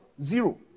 Zero